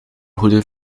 goede